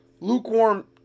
lukewarm